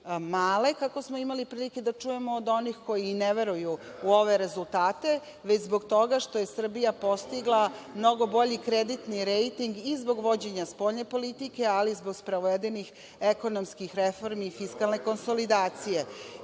male, kako smo imali prilike da čujemo od onih koji i ne veruju u ove rezultate, već zbog toga što je Srbija postigla mnogo bolji kreditni rejting i zbog vođenja spoljne politike, ali i zbog sprovedenih ekonomskih reformi i fiskalne konsolidacije.